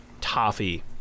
toffee